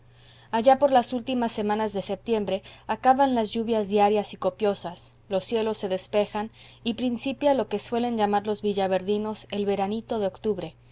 allá por las últimas semanas de septiembre acaban las lluvias diarias y copiosas los cielos se despejan y principia lo que suelen llamar los villaverdinos el veranito de octubre